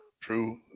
True